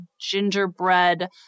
gingerbread